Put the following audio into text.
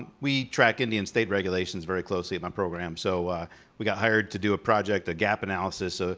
we track indian state regulations very closely at my program so we got hired to do a project gap analysis. ah